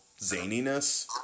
zaniness